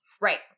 Right